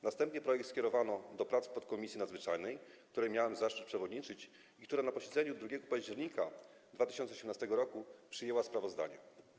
Następnie projekt skierowano do prac w podkomisji nadzwyczajnej, której miałem zaszczyt przewodniczyć i która na posiedzeniu 2 października 2018 r. przyjęła sprawozdanie.